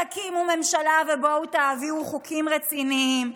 תקימו ממשלה ובואו תעבירו חוקים רציניים.